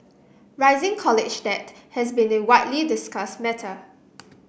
rising college debt has been a widely discuss matter